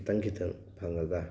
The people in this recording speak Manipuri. ꯈꯤꯇꯪ ꯈꯤꯇꯪ ꯐꯪꯉꯒ